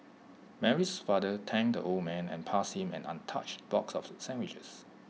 Mary's father thanked the old man and passed him an untouched box of sandwiches